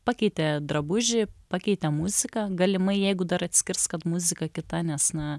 pakeitė drabužį pakeitė muziką galimai jeigu dar atskirs kad muzika kita nes na